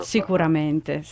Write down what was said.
Sicuramente